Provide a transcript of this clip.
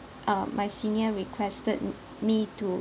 uh my senior requested m~ me to